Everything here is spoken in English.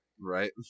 Right